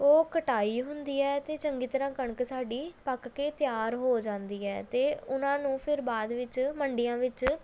ਉਹ ਕਟਾਈ ਹੁੰਦੀ ਹੈ ਅਤੇ ਚੰਗੀ ਤਰ੍ਹਾਂ ਕਣਕ ਸਾਡੀ ਪੱਕ ਕੇ ਤਿਆਰ ਹੋ ਜਾਂਦੀ ਹੈ ਅਤੇ ਉਨ੍ਹਾਂ ਨੂੰ ਫਿਰ ਬਾਅਦ ਵਿੱਚ ਮੰਡੀਆਂ ਵਿੱਚ